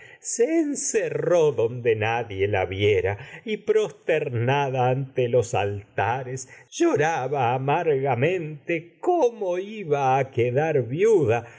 se encerró donde nadie la viera altares pues prosterna da los lloraba rompía amargamente en cómo iba a quedar viuda